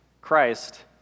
Christ